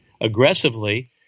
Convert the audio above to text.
aggressively